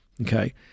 Okay